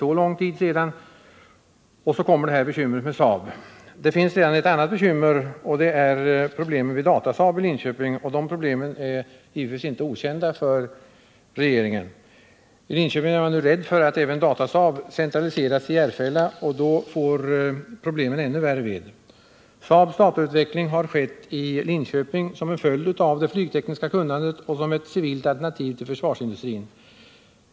Så tillkommer då det nu aktuella bekymret för Saab. Det finns redan ett annat bekymmer i det sammanhanget, nämligen vid Datasaab i Linköping, och problemen där är givetvis inte okända för regeringen. I Linköping är man nu rädd för att även Datasaab centraliseras till Järfälla, och då får problemen ännu större vidd. Saab:s datautveckling har skett i Linköping som en följd av det flygtekniska kunnandet och som ett civilt alternativ till försvarsindustrin.